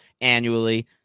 annually